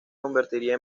convertirá